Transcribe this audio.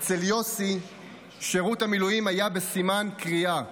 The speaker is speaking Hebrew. אצל יוסי שירות המילואים היה בסימן קריאה,